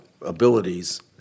abilities